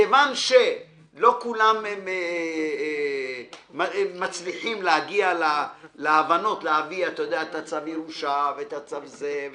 כיוון שלא כולם מצליחים להגיע להבנות להביא את הצו ירושה והמסמכים,